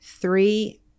three